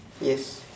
yes